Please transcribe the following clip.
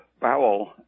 bowel